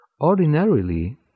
Ordinarily